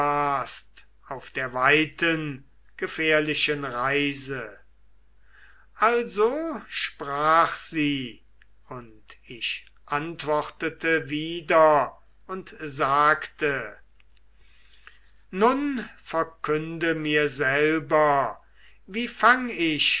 auf der weiten gefährlichen reise also sprach sie und ich antwortete wieder und sagte nun verkünde mir selber wie fang ich